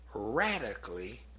radically